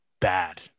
bad